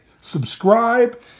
subscribe